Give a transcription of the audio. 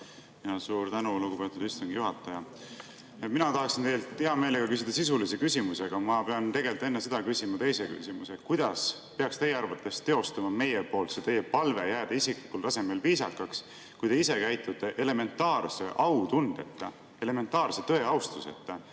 Suur tänu, lugupeetud istungi juhataja! Mina tahaksin hea meelega küsida sisulise küsimuse, aga ma pean enne seda küsima [ministrilt] teise küsimuse. Kuidas peaks teie arvates teostuma meie poolt see teie palve jääda isiklikul tasemel viisakaks, kui te ise käitute elementaarse autundeta, elementaarse tõe austuseta